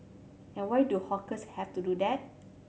and why do hawkers have to do that